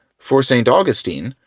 for st. augustine,